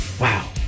Wow